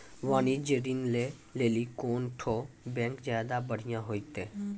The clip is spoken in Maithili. वाणिज्यिक ऋण लै लेली कोन ठो बैंक ज्यादा बढ़िया होतै?